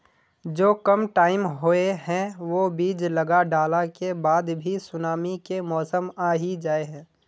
जो कम टाइम होये है वो बीज लगा डाला के बाद भी सुनामी के मौसम आ ही जाय है?